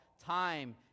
Time